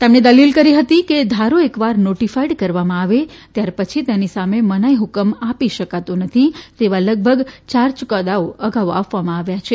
તેમણે દલીલ કરી હતી કે ધારો એકવાર નોટીફાઈ કરવામાં આવે ત્યારપછી તેની સામે મનાઈ હકકમ આપી શકાતો નથી તેવા લગભગ યાર ચુકાદાઓ અગાઉ આપવામાં આવ્યા છે